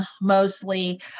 mostly